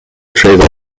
trade